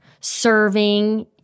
serving